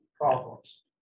problems